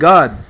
God